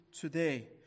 today